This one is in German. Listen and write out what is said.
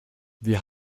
wir